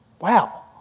Wow